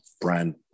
brand